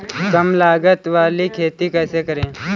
कम लागत वाली खेती कैसे करें?